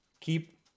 keep